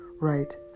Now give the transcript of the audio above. right